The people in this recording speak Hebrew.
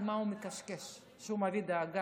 על מה הוא מקשקש כשהוא מביע דאגה,